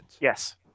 yes